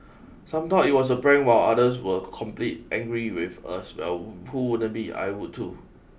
some thought it was a prank while others were complete angry with us well who wouldn't be I would too